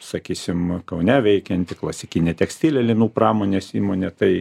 sakysim kaune veikianti klasikinė tekstilė linų pramonės įmonė tai